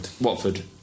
Watford